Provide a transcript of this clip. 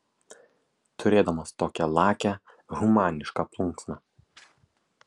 turėdamas tokią lakią humanišką plunksną